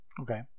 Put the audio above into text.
Okay